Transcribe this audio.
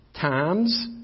times